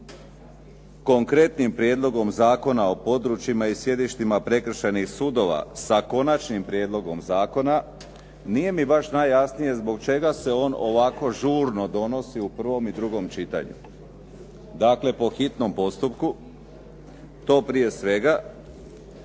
konkretnim Prijedlogom Zakona o područjima i sjedištima prekršajnih sudova s Konačnim prijedlogom zakona, nije bi baš najjasnije zbog čega se on ovako žurno donosi u prvom i drugom čitanju. Dakle, po hitnom postupku. To prije svega.